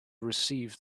received